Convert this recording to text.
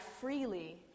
freely